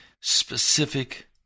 Specific